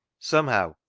somehow,